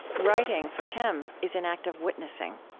writing, for him, is an act of witnessing